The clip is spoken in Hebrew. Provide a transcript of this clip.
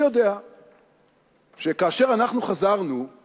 אני יודע שכאשר אנחנו חזרנו מעשיית